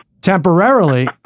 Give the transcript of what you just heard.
Temporarily